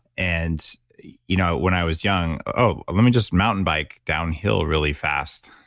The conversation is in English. and you know when i was young, oh, let me just mountain bike downhill really fast.